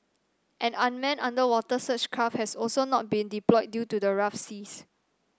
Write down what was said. an unmanned underwater search craft has also not been deployed due to the rough seas